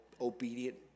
obedient